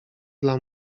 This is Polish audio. dla